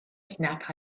snack